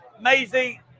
Maisie